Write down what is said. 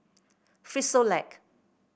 frisolac